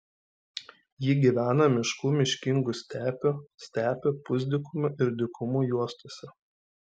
ji gyvena miškų miškingų stepių stepių pusdykumių ir dykumų juostose